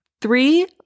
three